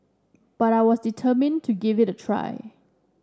but I was determined to give it a try